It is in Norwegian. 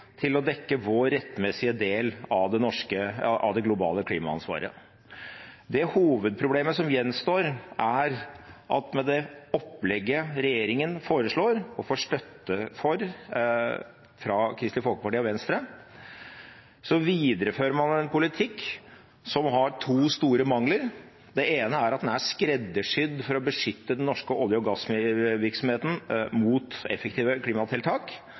til å dekke vår rettmessige del av det globale klimaansvaret. Det hovedproblemet som gjenstår, er at med det opplegget regjeringen foreslår og får støtte for fra Kristelig Folkeparti og Venstre, viderefører man en politikk som har to store mangler. Det ene er at den er skreddersydd for å beskytte den norske olje- og gassvirksomheten mot effektive klimatiltak,